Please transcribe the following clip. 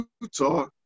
Utah